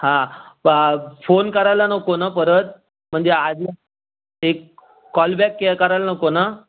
हां पा फोन करायला नको ना परत म्हणजे आधी एक कॉलबॅक के करायला नको ना